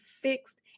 fixed